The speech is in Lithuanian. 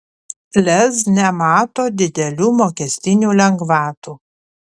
lez nemato didelių mokestinių lengvatų